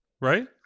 right